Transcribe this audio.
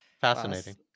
Fascinating